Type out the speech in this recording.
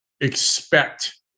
expect